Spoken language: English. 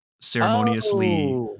ceremoniously